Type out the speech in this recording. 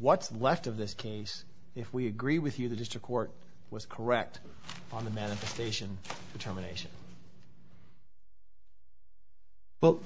what's left of this case if we agree with you that is to court was correct on the manifestation determination but